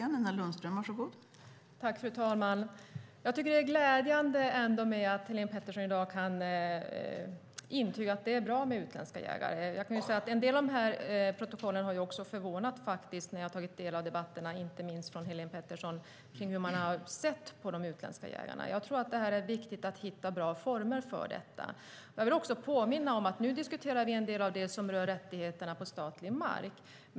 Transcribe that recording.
Fru talman! Jag tycker ändå att det är glädjande att Helén Pettersson i dag kan intyga att det är bra med utländska jägare. En del av protokollen har förvånat mig, när jag har tagit del av debatterna inte minst från Helén Petterssons sida kring hur man har sett på de utländska jägarna. Jag tror att det är viktigt att hitta bra former för detta. Jag vill också påminna om att vi nu diskuterar en del av det som rör rättigheterna på statlig mark.